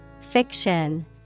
Fiction